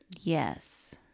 Yes